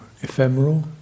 ephemeral